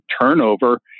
turnover